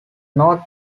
north